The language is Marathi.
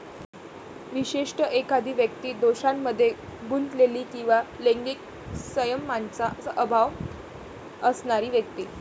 विशेषतः, एखादी व्यक्ती दोषांमध्ये गुंतलेली किंवा लैंगिक संयमाचा अभाव असणारी व्यक्ती